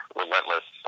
relentless